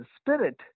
spirit